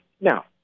Now